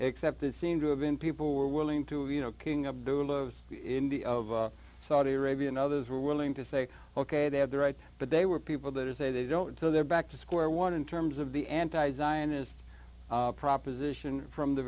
except it seemed to have been people were willing to you know king of the saudi arabia and others were willing to say ok they have the right but they were people that are say they don't so they're back to square one in terms of the anti zionist proposition from the